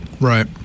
Right